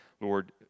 Lord